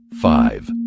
five